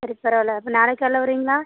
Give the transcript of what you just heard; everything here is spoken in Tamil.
சரி பரவாயில்ல அப்போ நாளைக்கி காலையில வருவீங்களா